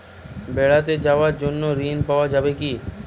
বেড়াতে যাওয়ার জন্য ঋণ পাওয়া যায় কি?